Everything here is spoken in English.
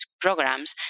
programs